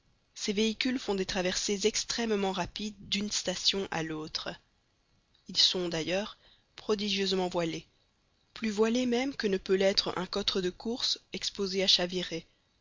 ces véhicules font des traversées extrêmement rapides d'une station à l'autre ils sont d'ailleurs prodigieusement voilés plus voilés même que ne peut l'être un cotre de course exposé à chavirer